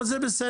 אבל זה בסדר.